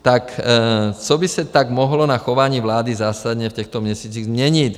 Tak co by se tak mohlo na chování vlády zásadně v těchto měsících změnit?